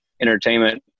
entertainment